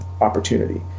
opportunity